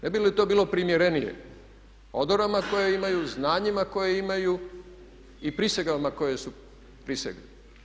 Ne bi li to bilo primjerenije odorama koje imaju, znanjima koje imaju i prisegama koje su prisegli.